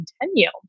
continue